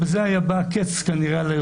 ובזה כנראה היה בא הקץ על היוזמה,